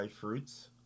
fruits